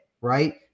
right